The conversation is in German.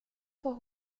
vor